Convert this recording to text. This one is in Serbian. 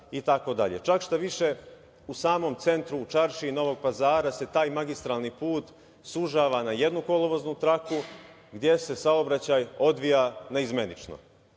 itd. Čak šta više, u samom centu u čaršiji Novog Pazara se taj magistralni put sužava na jednu kolovoznu traku, gde se saobraćaj odvija naizmenično.